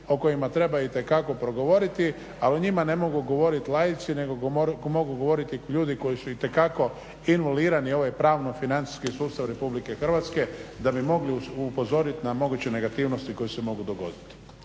o kojima treba itekako progovoriti, a o njima ne mogu govoriti laici nego mogu govoriti ljudi koji su itekako involuirani u ovaj pravni financijski sustav RH da bi mogli upozoriti na moguće negativnosti koje se mogu dogoditi.